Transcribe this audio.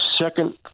second